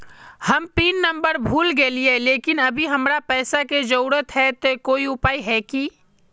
हम pin number भूल गेलिये लेकिन अभी हमरा पैसा के जरुरत है ते कोई उपाय है की?